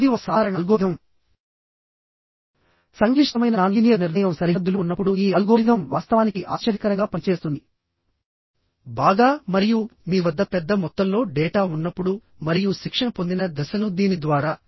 అయినప్పటికి సాధారణంగా tension member గా సర్కులర్ సెక్షన్ ని వాడుతారు లేదా దాని యొక్క జామెంట్రీ కల్ ప్రాపర్టీస్ ప్రయోజనాల దృష్ట్యా కొన్నిసార్లు యాంగిల్ సెక్షన్స్ ని కూడా వాడుతారు